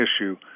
issue